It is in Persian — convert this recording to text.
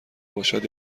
باشد